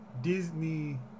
Disney